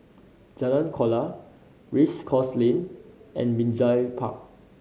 Jalan Kuala Race Course Lane and Binjai Park